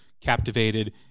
captivated